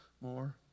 more